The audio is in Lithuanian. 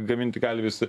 gaminti gali visi